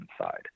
inside